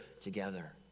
together